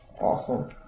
awesome